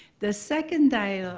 the second dialogue,